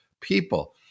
people